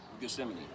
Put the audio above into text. Gethsemane